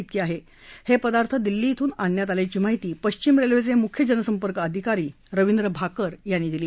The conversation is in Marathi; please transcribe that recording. हे तंबाख्जन्य पदार्थ दिल्ली इथनं आणण्यात आल्याची माहिती पश्चिम रेल्वेचे म्ख्य जनसंपर्क अधिकारी रवींद्र भाकर यांनी दिली